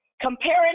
comparing